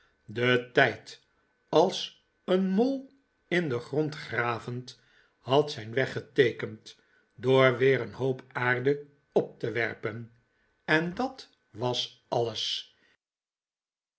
de tijd als een mol in den grond gravend had zijn weg geteekend door weer een hoop aarde op te werpen en dat was alles